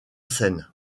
scène